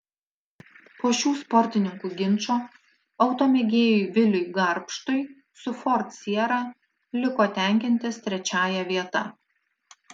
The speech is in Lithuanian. po šių sportininkų ginčo automėgėjui viliui garbštui su ford siera liko tenkintis trečiąja vieta